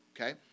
okay